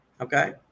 Okay